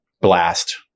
blast